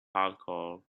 alcohol